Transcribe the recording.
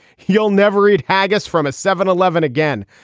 you'll never eat haggis from a seven eleven again.